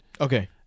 Okay